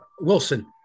Wilson